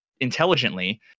intelligently